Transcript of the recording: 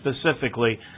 specifically